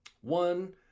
One